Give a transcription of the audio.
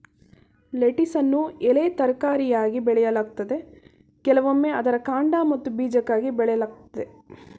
ಲೆಟಿಸನ್ನು ಎಲೆ ತರಕಾರಿಯಾಗಿ ಬೆಳೆಯಲಾಗ್ತದೆ ಕೆಲವೊಮ್ಮೆ ಅದರ ಕಾಂಡ ಮತ್ತು ಬೀಜಕ್ಕಾಗಿ ಬೆಳೆಯಲಾಗ್ತದೆ